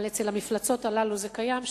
אבל אצל המפלצות הללו זה קיים,